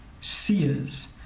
seers